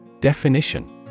Definition